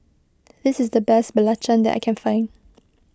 this is the best Belacan that I can find